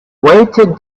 weighted